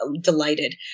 delighted